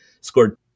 scored